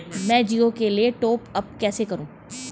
मैं जिओ के लिए टॉप अप कैसे करूँ?